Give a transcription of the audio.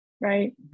Right